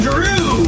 Drew